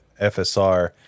FSR